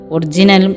Original